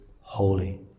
holy